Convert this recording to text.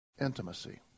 Intimacy